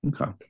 okay